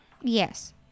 Yes